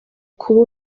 kuba